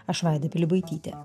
aš vaida pilibaitytė